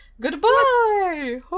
Goodbye